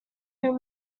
whom